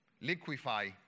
liquefy